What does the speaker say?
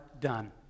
done